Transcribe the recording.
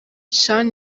sean